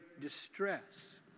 distress